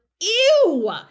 ew